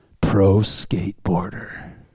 pro-skateboarder